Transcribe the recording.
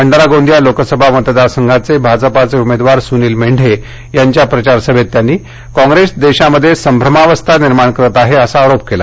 भंडारा गोंदिया लोकसभा मतदार संघाचे भाजपाचे उमेदवार सुनील मेंढे यांच्या प्रचार सभेत त्यांनी कॉग्रेस देशामध्ये संभ्रमावस्था निर्माण करत आहे असा आरोप केला